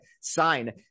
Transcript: sign